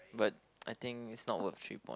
but I think it's not worth three point